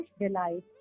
delight